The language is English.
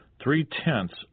three-tenths